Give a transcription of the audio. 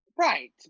Right